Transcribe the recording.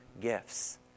gifts